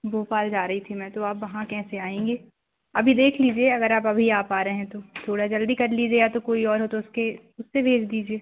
भोपाल जा रही थी मैं तो आप वहाँ कैसे आएँगे अभी देख लीजिए अगर आप अभी आ पा रहे हैं तो थोड़ा जल्दी कर लीजिए या तो कोई और हो तो उसके उससे भेज दीजिए